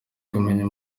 kumenya